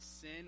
sin